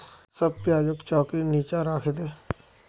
सब प्याजक चौंकीर नीचा राखे दे